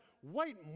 white